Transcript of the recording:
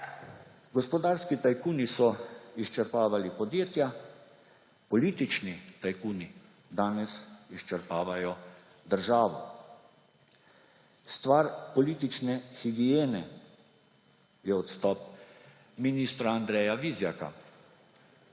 Gospodarski tajkuni so izčrpavali podjetja, politični tajkuni danes izčrpavajo državo. Stvar politične higiene je odstop ministra Andreja Vizjaka.